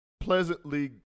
pleasantly